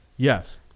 Yes